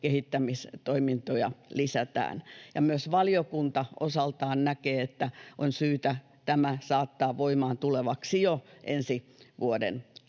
kehittämistoimintoja lisätään. Ja myös valiokunta osaltaan näkee, että on syytä saattaa tämä voimaan tulevaksi jo ensi vuoden